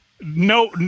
No